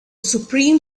supreme